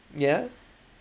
yeah